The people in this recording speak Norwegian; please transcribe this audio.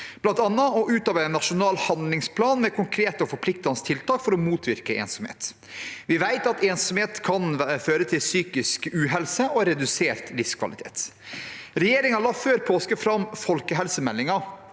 blant annet å utarbeide en nasjonal handlingsplan med konkrete og forpliktende tiltak. Vi vet at ensomhet kan føre til psykisk uhelse og redusert livskvalitet. Regjeringen la før påske frem Folkehelsemeldingen.